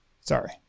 Sorry